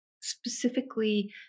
specifically